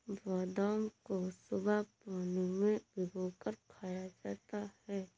बादाम को सुबह पानी में भिगोकर खाया जाता है